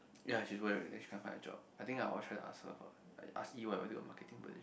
ya she is worried then she can't find a job I think everyone trying to ask her about like ask Yi-Wen about marketing pressure